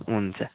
हुन्छ